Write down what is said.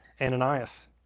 Ananias